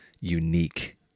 unique